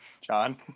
John